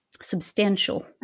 substantial